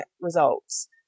results